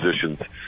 positions